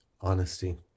Honesty